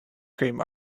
cream